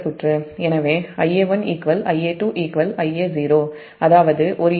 எனவே Ia1 Ia2 Ia0 அதாவது ஒரு யூனிட்டுக்கு j0